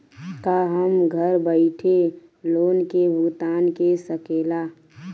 का हम घर बईठे लोन के भुगतान के शकेला?